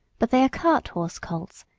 but they are cart-horse colts,